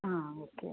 ಹಾಂ ಓಕೆ